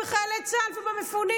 בחיילי צה"ל ובמפונים.